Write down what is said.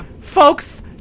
Folks